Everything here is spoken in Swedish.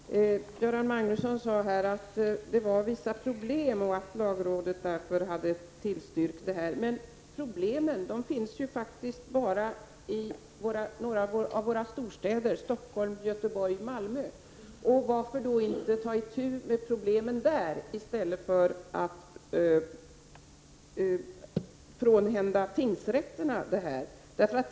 Herr talman! Göran Magnusson sade att det förelåg vissa problem och att lagrådet därför hade tillstyrkt det här förslaget. Men dessa problem finns ju bara i några av våra storstäder, Stockholm, Göteborg och Malmö. Varför då inte ta itu med problemen där i stället för att frånhända tingsrätterna dessa ärenden?